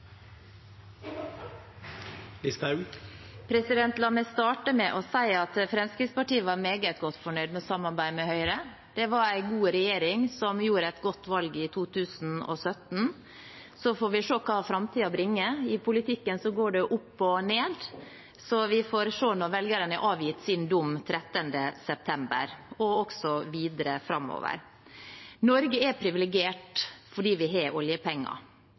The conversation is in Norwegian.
La meg starte med å si at Fremskrittspartiet var meget godt fornøyd med samarbeidet med Høyre. Det var en god regjering, som gjorde et godt valg i 2017. Så får vi se hva framtiden bringer. I politikken går det opp og ned. Vi får se når velgerne har avgitt sin dom 13. september, og også videre framover. Norge er privilegert fordi vi har oljepenger.